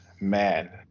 man